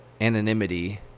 anonymity